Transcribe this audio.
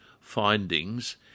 findings